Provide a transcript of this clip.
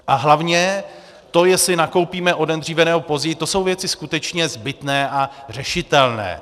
A hlavně to, jestli nakoupíme o den dříve, nebo později, to jsou věci skutečně zbytné a řešitelné.